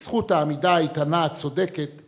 זכות העמידה האיתנה הצודקת.